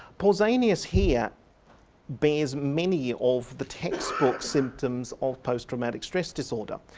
pausanias here bears many of the textbook symptoms of post-traumatic stress disorder.